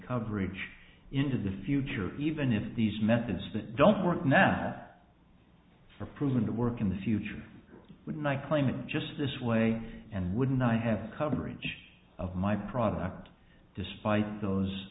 coverage into the future even if these methods that don't work now for proven to work in the future i would not claim it just this way and would not have coverage of my product despite those